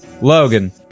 Logan